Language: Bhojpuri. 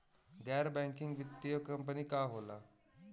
गैर बैकिंग वित्तीय कंपनी का होला?